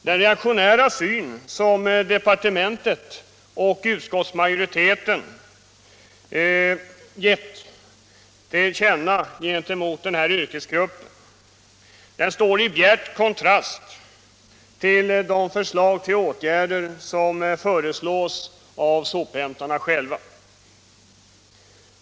Den reaktionära syn som departementet och utskottsmajoriteten har gett till känna gentemot den yrkesgruppen står i bjärt konkrast till de åtgärder som föreslås av sophämtarna själva.